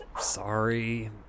Sorry